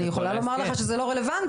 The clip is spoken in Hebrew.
אני יכולה להגיד לך שזה לא רלוונטי.